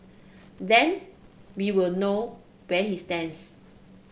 then we will know where he stands